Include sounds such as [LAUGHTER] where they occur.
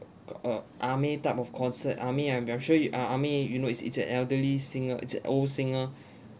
c~ uh amei type of concert amei I'm very sure you uh amei you know it's it's an elderly singer it's an old singer [BREATH]